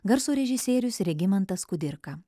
garso režisierius regimantas kudirka